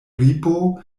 ripo